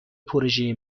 پروژه